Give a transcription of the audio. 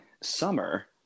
summer